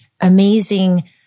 amazing